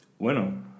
Bueno